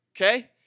Okay